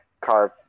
carve